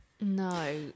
No